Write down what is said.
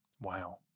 Wow